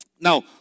Now